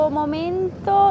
momento